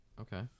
Okay